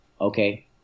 okay